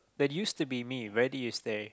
that used to be me where do you stay